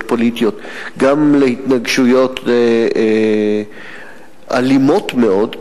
פוליטיות גם להתנגשויות אלימות מאוד,